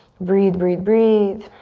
breathe, breathe, breathe.